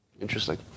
Interesting